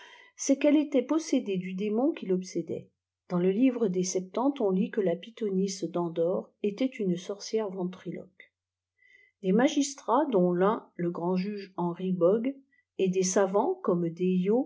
c'est qu'elle était possédée du dé l'obsédait ï ans le hvre des septante on lit qvie ja pythonîsàç dèndor était une sorcière ventriloque des magistrats dont l'un le grand juge henri bogues ft dçs savants comme dehio